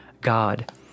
God